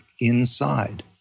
inside